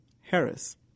Harris